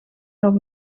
nog